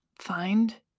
find